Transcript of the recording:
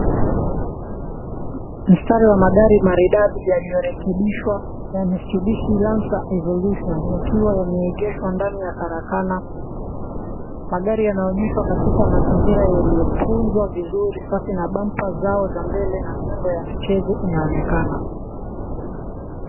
Mstari wa magari maridadi yaliyorekebishwa ya Mistubishi Lancer Evolution yakiwa yameegeshwa ndani ya karakana. Magari yanayoonyeshwa katika mazingira yaliyotunzwa vizuri, safi na bampa zao za mbele na miundo ya michezo inaonekana.